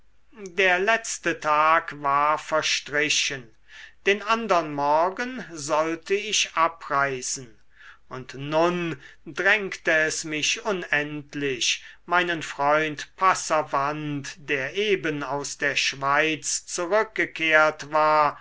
der letzte tag war verstrichen den andern morgen sollte ich abreisen und nun drängte es mich unendlich meinen freund passavant der eben aus der schweiz zurückgekehrt war